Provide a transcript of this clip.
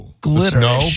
glitter